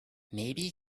maybe